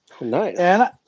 Nice